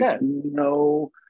no